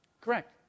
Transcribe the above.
Correct